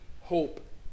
hope